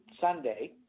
Sunday